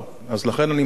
אני מציע,